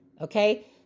okay